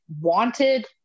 wanted